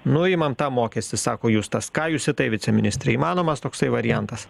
nuimam tą mokestį sako justas ką jūs į tai viceministre įmanomas toksai variantas